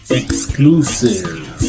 exclusive